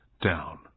down